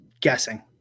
guessing